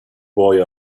boy